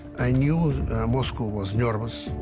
i knew moscow was nervous.